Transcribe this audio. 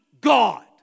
God